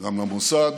גם למוסד